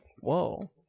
Whoa